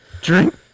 Drink